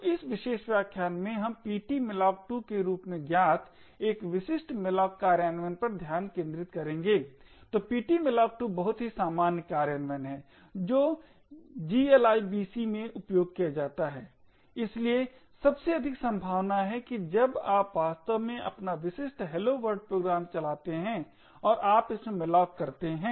तो इस विशेष व्याख्यान में हम ptmalloc2 के रूप में ज्ञात एक विशिष्ट malloc कार्यान्वयन पर ध्यान केंद्रित करेंगे तो ptmalloc2 बहुत ही सामान्य कार्यान्वयन है जो glibc में उपयोग किया जाता है इसलिए सबसे अधिक संभावना है कि जब आप वास्तव में अपना विशिष्ट हैलो वर्ल्ड प्रोग्राम चलाते हैं और आप इसमें malloc करते हैं